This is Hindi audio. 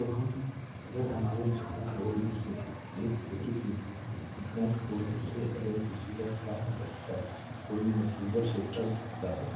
तो हम अगर हमारे झूठ बोलने से एक छोटी सी झूठ झूठ बोलने से अगर किसी का प्राण बचता हो कोई मुसीबत से टल सकता है